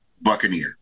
Buccaneer